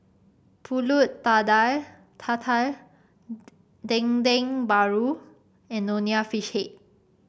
pulut tatal Dendeng Paru and Nonya Fish Head